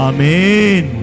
Amen